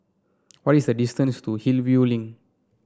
what is the distance to Hillview Link